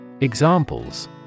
Examples